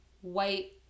white